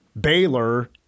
Baylor